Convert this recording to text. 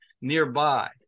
nearby